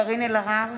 (קוראת בשמות חברי הכנסת) קארין אלהרר,